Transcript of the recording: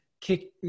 kick